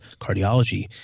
cardiology